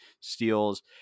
steals